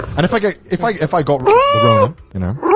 and if i get, if like if i got the rona, you know?